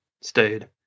stayed